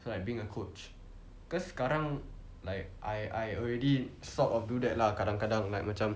so like being a coach cause sekarang like I I already sort of do that lah kadang-kadang like macam